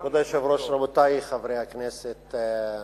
רבותי חברי הכנסת,